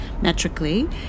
Metrically